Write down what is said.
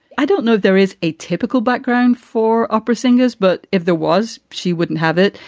i dont know if there is a typical background for opera singers, but if there was, she wouldn't have it.